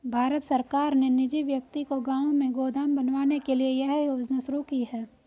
भारत सरकार ने निजी व्यक्ति को गांव में गोदाम बनवाने के लिए यह योजना शुरू की है